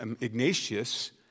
Ignatius